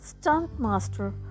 stuntmaster